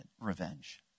revenge